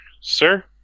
sir